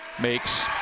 Makes